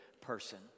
person